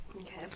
Okay